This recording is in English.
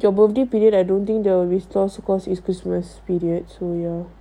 your birthday period I don't think the resource because it's christmas period so ya